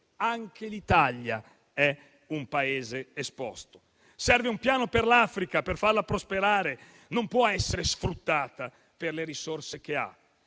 anche l'Italia è un Paese esposto. Serve un piano per l'Africa, per farla prosperare, non può essere sfruttata per le risorse che ha.